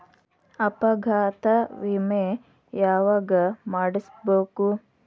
ಅಪಘಾತ ವಿಮೆ ಯಾವಗ ಮಾಡಿಸ್ಬೊದು?